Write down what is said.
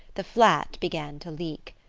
the flat began to leak.